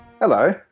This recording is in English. hello